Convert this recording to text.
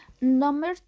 Number